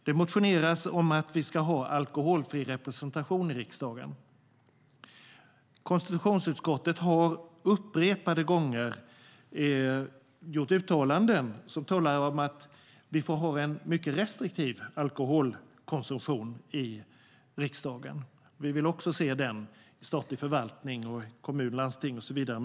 Det motioneras om att vi ska ha alkoholfri representation i riksdagen. Konstitutionsutskottet har upprepade gånger gjort uttalanden om att vi får ha en mycket restriktiv alkoholkonsumtion i riksdagen. Vi vill också se den i statlig förvaltning, kommun, landsting och så vidare.